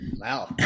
Wow